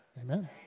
Amen